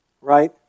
right